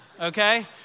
Okay